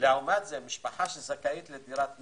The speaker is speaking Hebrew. לעומת זאת, משפחה שזכאית לדירת נר,